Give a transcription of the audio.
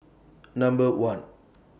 Number one